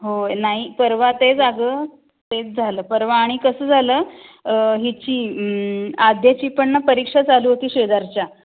होय नाही परवा तेच अगं तेच झालं परवा आणि कसं झालं हिची आद्याची पण ना परीक्षा चालू होती शेजारच्या